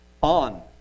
on